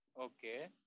Okay